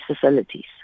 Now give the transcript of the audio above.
facilities